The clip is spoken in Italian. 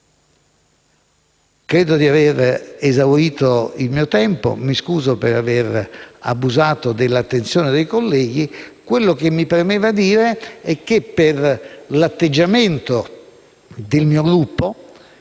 Credo di avere esaurito il tempo a mia disposizione e mi scuso per aver abusato dell'attenzione dei colleghi. Quello che mi premeva dire è che, per l'atteggiamento del mio Gruppo,